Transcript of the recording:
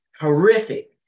horrific